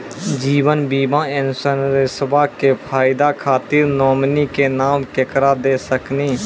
जीवन बीमा इंश्योरेंसबा के फायदा खातिर नोमिनी के नाम केकरा दे सकिनी?